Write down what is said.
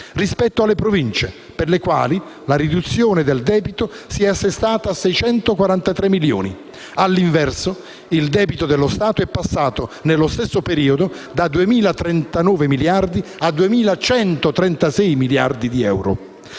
rispetto alle Province (per le quali la riduzione del debito si è assestata a 643 milioni). All'inverso, il debito dello Stato è passato, nello stesso periodo, da 2.039 miliardi a 2.136 miliardi di euro.